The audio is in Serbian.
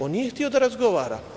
On nije hteo da razgovara.